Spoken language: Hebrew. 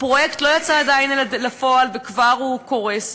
הפרויקט לא יצא עדיין לפועל, וכבר הוא קורס.